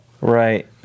Right